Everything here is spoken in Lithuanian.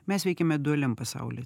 mes veikiame dualiam pasaulyje